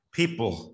people